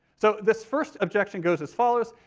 so this first objection goes as follows,